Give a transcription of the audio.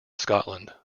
scotland